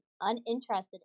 uninterested